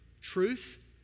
truth